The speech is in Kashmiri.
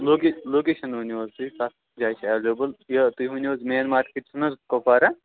لو لوکیشَن ؤنو حظ تُہۍ کَتھ جایہِ چھُ ایٚوَلیبٕل تُہۍ ؤنوٗ حظ مین مارکیٹ چھُنہٕ حظ کپوارہ